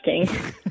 interesting